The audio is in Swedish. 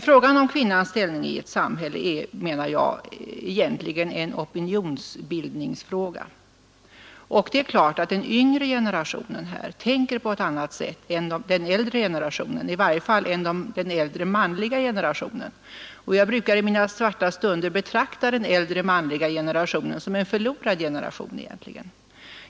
Frågan om kvinnans ställning i ett samhälle är, menar jag, egentligen en opinionsbildningsfråga. Och det är klart att den yngre generationen tänker på ett annat sätt än den äldre generationen — i varje fall än den äldre manliga generationen. Jag brukar i mina svarta stunder betrakta den äldre manliga generationen som en förlorad generation.